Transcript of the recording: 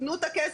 תנו את הכסף,